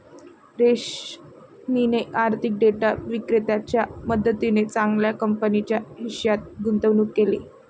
रोशनीने आर्थिक डेटा विक्रेत्याच्या मदतीने चांगल्या कंपनीच्या हिश्श्यात गुंतवणूक केली